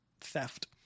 Theft